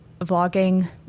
vlogging